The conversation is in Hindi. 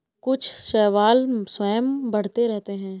कुछ शैवाल स्वयं बढ़ते रहते हैं